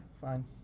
fine